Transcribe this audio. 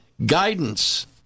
Guidance